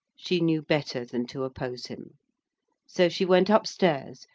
she knew better than to oppose him so she went up-stairs,